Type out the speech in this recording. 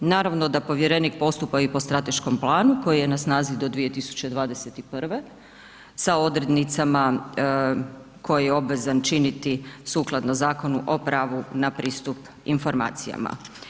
Naravno da povjerenik postupa i po strateškom planu koji je na snazi do 2021. sa odrednicama tko je obvezan činiti sukladno Zakonu o pravu na pristup informacijama.